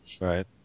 Right